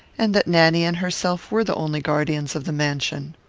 and that nanny and herself were the only guardians of the mansion.